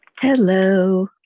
Hello